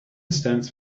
stands